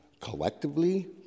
collectively